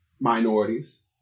minorities